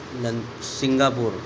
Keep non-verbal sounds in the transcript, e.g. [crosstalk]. [unintelligible] Singapore